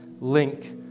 link